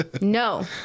No